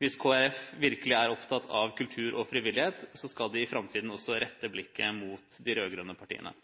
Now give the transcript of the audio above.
hvis Kristelig Folkeparti virkelig er opptatt av kultur og frivillighet, skal de i framtiden også rette blikket mot de rød-grønne partiene.